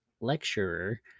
lecturer